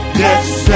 yes